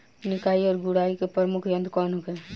निकाई और गुड़ाई के प्रमुख यंत्र कौन होखे?